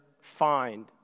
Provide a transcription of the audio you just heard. find